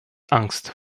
angst